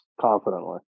confidently